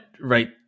right